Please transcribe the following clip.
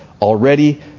already